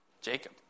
Jacob